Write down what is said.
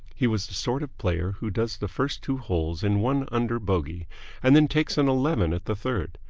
he was the sort of player who does the first two holes in one under bogey and then takes an eleven at the third.